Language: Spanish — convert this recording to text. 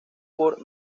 por